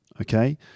okay